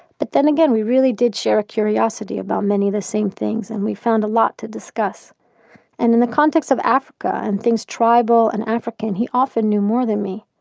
but then again, we really did share a curiosity about many of the same things and we found a lot to discuss and in the context of africa, and things tribal and african, he often knew more than me,